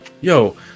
Yo